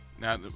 Now